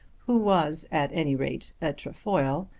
who was at any rate a trefoil,